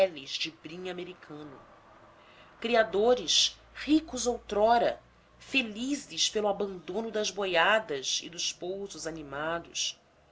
brim americano criadores ricos outrora felizes pelo abandono das boiadas e dos pousos animados